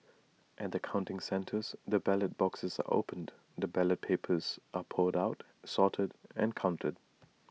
at the counting centres the ballot boxes are opened and the ballot papers are poured out sorted and counted